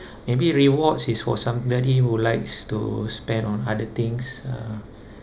maybe rewards is for somebody who likes to spend on other things uh